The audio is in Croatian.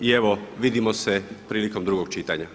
I evo vidimo se prilikom drugog čitanja.